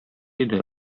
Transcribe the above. иде